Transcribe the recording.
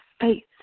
faith